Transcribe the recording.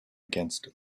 against